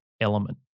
element